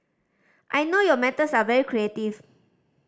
I know your methods are very creative